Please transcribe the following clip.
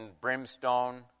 brimstone